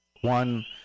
One